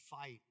fight